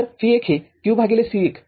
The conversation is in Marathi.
तर v१हे qC१